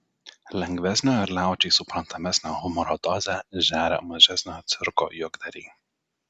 lengvesnio ir liaudžiai suprantamesnio humoro dozę žeria mažesnio cirko juokdariai